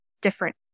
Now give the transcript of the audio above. different